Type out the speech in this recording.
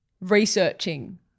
researching